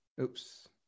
Oops